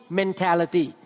mentality